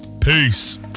Peace